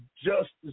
justice